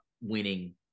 winning